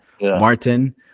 Martin